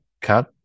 cut